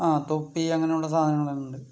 ആ തൊപ്പി അങ്ങനെയുള്ള സാധനങ്ങളെല്ലാം ഉണ്ട്